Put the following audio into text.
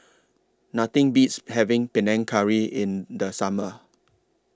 Nothing Beats having Panang Curry in The Summer